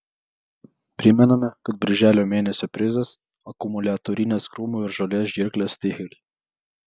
primename kad birželio mėnesio prizas akumuliatorinės krūmų ir žolės žirklės stihl